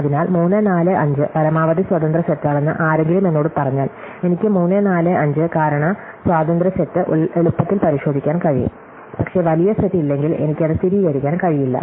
അതിനാൽ 3 4 5 പരമാവധി സ്വാതന്ത്ര്യ സെറ്റാണെന്ന് ആരെങ്കിലും എന്നോട് പറഞ്ഞാൽ എനിക്ക് 3 4 5 കാരണ സ്വാതന്ത്ര്യ സെറ്റ് എളുപ്പത്തിൽ പരിശോധിക്കാൻ കഴിയും പക്ഷേ വലിയ സെറ്റ് ഇല്ലെങ്കിൽ എനിക്ക് അത് സ്ഥിരീകരിക്കാൻ കഴിയില്ല